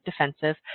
defensive